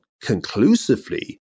conclusively